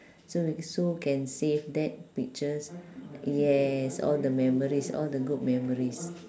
so we so can save that pictures yes all the memories all the good memories